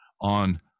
on